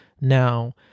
now